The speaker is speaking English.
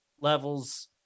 levels